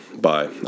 Bye